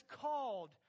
called